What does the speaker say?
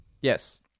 Yes